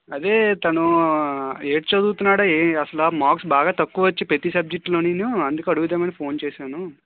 అదే తను ఏంటి చదువుతున్నాడు ఏంటి అసలు మార్క్స్ బాగా తక్కువ వచ్చాయి ప్రతి సబ్జెక్టు లోను అందుకు అడుగుదామని ఫోన్ చేశాను